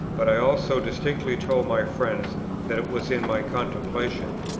but i also distinctly told my friends that it was in my contemplation.